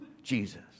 Jesus